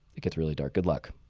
it gets really dark, good luck.